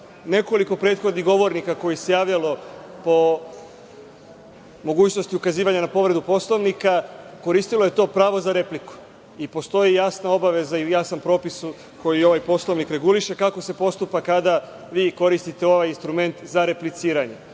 prethodnih govornika koji su se javljali po mogućnosti ukazivanja na povredu Poslovnika, koristilo je to pravo za repliku. Postoji jasna obaveza i jasan propis kojim ovaj Poslovnik reguliše kako se postupa kada vi koristite ovaj instrument za repliciranje.